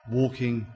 walking